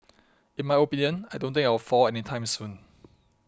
in my opinion I don't think I will fall any time soon